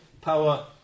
power